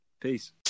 Peace